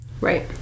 Right